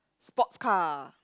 sports car